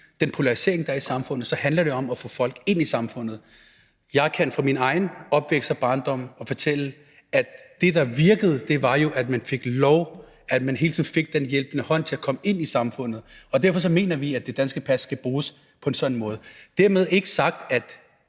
den polarisering, der er i samfundet, så handler det om at få folk ind i samfundet. Jeg kan ud fra min egen opvækst og barndom fortælle, at det, der virkede, jo var, at man fik lov, altså at man hele tiden fik den hjælpende hånd til at komme ind i samfundet. Derfor mener vi, at det danske pas skal bruges på en sådan måde. Dermed ikke sagt, at